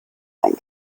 ein